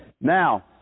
Now